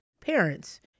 Parents